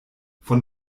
von